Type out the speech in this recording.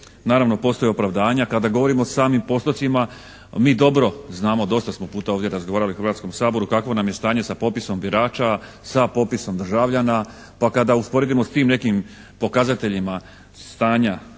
Naravno, postoje opravdanja. Kada govorimo o samim postocima mi dobro znamo, dosta smo puta ovdje razgovarali u Hrvatskom saboru kakvo nam je stanje sa popisom birača, sa popisom državljana pa kada usporedimo s tim nekim pokazateljima stanja